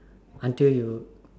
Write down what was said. until you